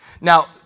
Now